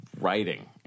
writing